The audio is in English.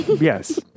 Yes